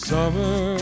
Summer